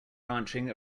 ranching